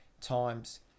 times